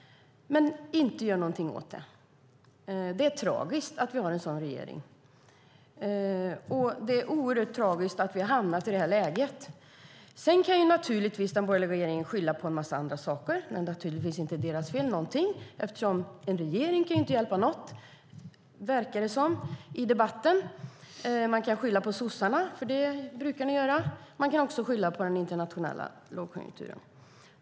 Men de gör inte någonting åt den. Det är tragiskt att vi har en sådan regering. Det är oerhört tragiskt att vi har hamnat i det här läget. Sedan kan den borgerliga regeringen skylla på en massa andra saker. Det är naturligtvis inte deras fel. En regering kan inte hjälpa någonting, verkar det som i debatten. Man kan skylla på sossarna - det brukar ni göra. Man kan också skylla på den internationella lågkonjunkturen.